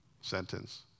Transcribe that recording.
sentence